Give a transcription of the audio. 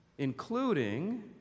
Including